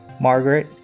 Margaret